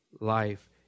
Life